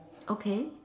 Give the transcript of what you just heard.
okay